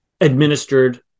administered